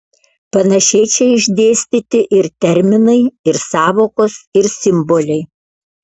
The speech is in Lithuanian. panašiai čia išdėstyti ir terminai ir sąvokos ir simboliai